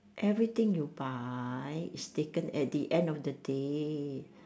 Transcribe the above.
everything you buy is taken at the end of the day